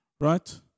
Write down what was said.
right